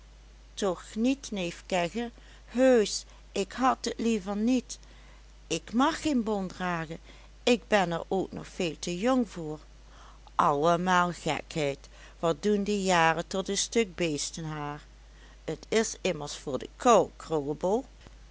toch niet neef kegge heusch ik had het liever niet ik mag geen bont dragen en ik ben er ook nog veel te jong voor allemaal gekheid wat doen de jaren tot een stuk beestenhaar t is immers voor de kou krullebol